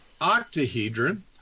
octahedron